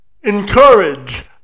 encourage